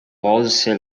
volse